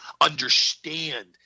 understand